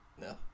No